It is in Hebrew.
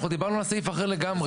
אנחנו דיברנו על סעיף אחר לגמרי.